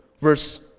verse